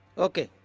okay!